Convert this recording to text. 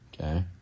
okay